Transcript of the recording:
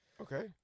Okay